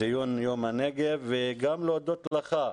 ציון יום הנגב, וגם להודות לך,